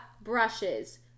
brushes